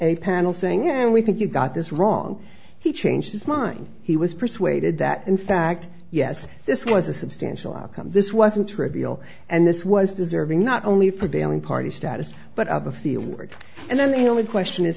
a panel saying and we think you got this wrong he changed his mind he was persuaded that in fact yes this was a substantial outcome this wasn't trivial and this was deserving not only prevailing party status but of a feeling and then the only question is